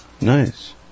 Nice